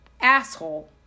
asshole